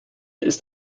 ist